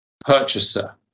purchaser